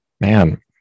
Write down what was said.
Man